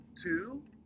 two